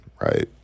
right